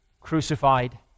crucified